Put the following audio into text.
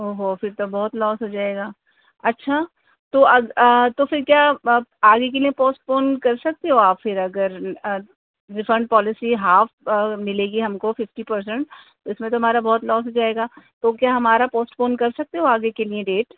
اوہو پھر تو بہت لاس ہو جائے گا اچھا تو اگ تو پھر کیا آپ آگے کے لیے پوسٹپون کر سکتے ہو آپ پھر اگر ریفنڈ پالیسی ہاف ملے گی ہم کو ففٹی پرسینٹ تو اس میں تو ہمارا بہت لاس ہو جائے گا تو کیا ہمارا پوسٹپون کر سکتے ہو آگے کے لیے ڈیٹ